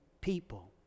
people